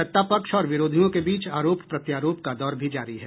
सत्तापक्ष और विरोधियों के बीच आरोप प्रत्यारोप का दौर भी जारी है